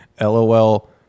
LOL